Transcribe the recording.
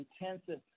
intensive